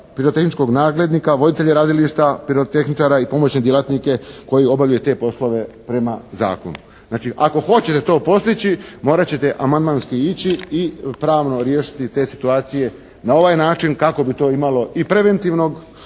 pirotehničkog nadglednika, voditelja radilišta pirotehničara i pomoćne djelatnike koji obavljaju te poslove prema zakonu. Znači, ako hoćete to postići morat ćete amandmanski ići i pravno riješiti te situacije na ovaj način, kako bi to imalo i preventivnog